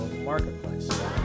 marketplace